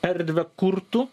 erdvę kurtų